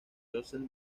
joseph